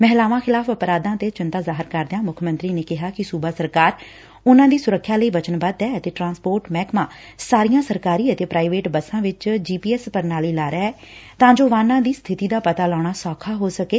ਮਹਿਲਾਵਾ ਖਿਲਾਫ਼ ਅਪਰਾਧਾਂ ਤੇ ਚਿੰਤਾ ਜ਼ਾਹਿਰ ਕਰਦਿਆਂ ਮੁੱਖ ਮੰਤਰੀ ਨੇ ਕਿਹਾ ਕਿ ਸੁਬਾ ਸਰਕਾਰ ਉਨਾਂ ਦੀ ਸੁਰੱਖਿਆ ਲਈ ਵਚਨਬੱਧ ਐ ਅਤੇ ਟਰਾਂਸਪੋਰਟ ਮਹਿਕਮਾ ਸਾਰੀਆਂ ਸਰਕਾਰੀ ਅਤੇ ਪ੍ਾਈਵੇਟ ਬੱਸਾਂ ਵਿਚ ਜੀ ਪੀ ਐਸ ਪ੍ਰਣਾਲੀ ਲਾ ਰਹੀ ਐ ਤਾਂ ਜੋ ਵਾਹਨਾਂ ਦੀ ਸਬਿਤੀ ਦਾ ਪਤਾ ਲਾਉਣਾ ਸੌਖਾ ਹੋ ਸਕੇ